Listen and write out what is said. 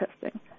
testing